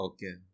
Okay